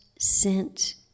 sent